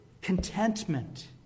contentment